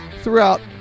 throughout